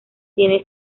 tiene